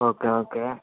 okay okay